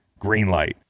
GREENLIGHT